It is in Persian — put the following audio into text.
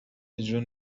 اجرا